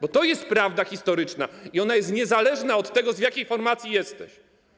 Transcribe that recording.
Bo to jest prawda historyczna i ona jest niezależna od tego, z jakiej formacji jesteś.